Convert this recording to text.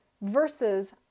versus